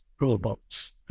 robots